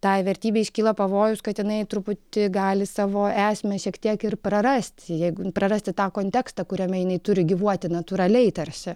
tai vertybė iškyla pavojus kad jinai truputį gali savo esmę šiek tiek ir prarasti jeigu prarasti tą kontekstą kuriame jinai turi gyvuoti natūraliai tarsi